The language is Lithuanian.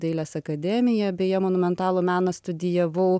dailės akademiją beje monumentalų meną studijavau